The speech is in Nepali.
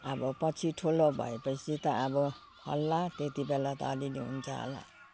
आब पछि ठुलो भएपछि त अब होला त्यति बेला त अलिअलि हुन्छ होला